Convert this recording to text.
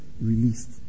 released